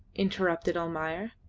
interrupted almayer,